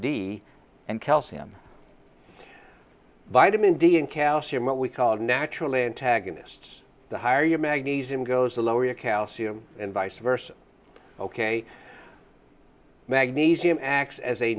d and calcium vitamin d and calcium what we called natural antagonists the higher your magnesium goes the lower your calcium and vice versa ok magnesium acts as a